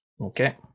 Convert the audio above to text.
Okay